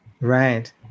Right